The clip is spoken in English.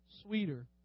sweeter